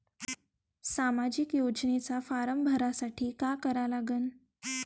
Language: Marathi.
सामाजिक योजनेचा फारम भरासाठी का करा लागन?